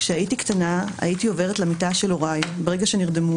כשהייתי קטנה הייתי עוברת למיטה של הוריי ברגע שנרדמו,